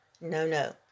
no-no